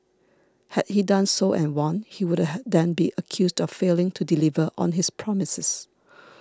had he done so and won he would the had then be accused of failing to deliver on his promises